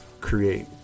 create